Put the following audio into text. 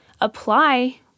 Apply